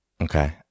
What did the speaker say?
Okay